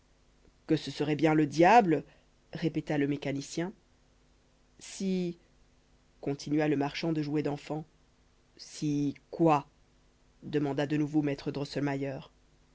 que ce serait bien le diable répéta le mécanicien si continua le marchand de jouets d'enfants si quoi demanda de nouveau maître drosselmayer